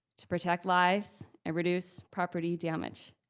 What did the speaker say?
to protect lives and reduce property damage